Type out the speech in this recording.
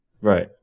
Right